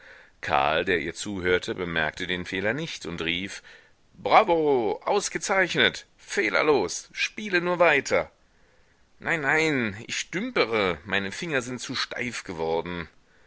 karl der ihr zuhörte bemerkte den fehler nicht und rief bravo ausgezeichnet fehlerlos spiele nur weiter nein nein ich stümpere meine finger sind zu steif geworden